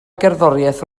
gerddoriaeth